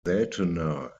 seltener